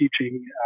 teaching